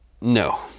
No